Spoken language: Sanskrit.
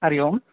हरिः ओम्